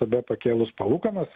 tada pakėlus palūkanas